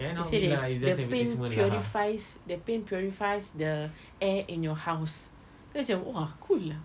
they said that the paint purifies the paint purifies the air in your house then macam !wah! cool lah